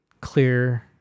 clear